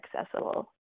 accessible